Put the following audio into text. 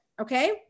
Okay